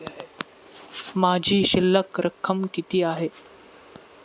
माझी शिल्लक रक्कम किती आहे?